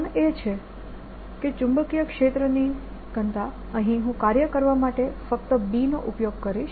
કારણ એ છે કે ચુંબકીય ક્ષેત્રની બનતા અહીં હું કાર્ય કરવા માટે ફક્ત B નો ઉપયોગ કરીશ